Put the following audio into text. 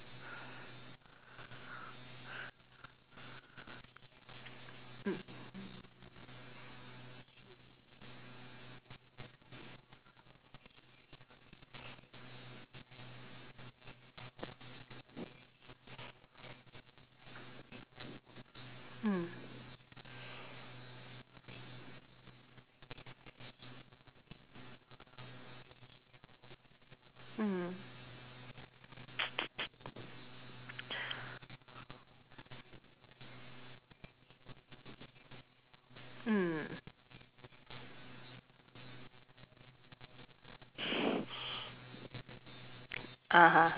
mm mm mm (uh huh)